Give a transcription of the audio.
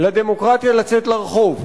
לדמוקרטיה לצאת לרחוב,